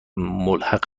ملحق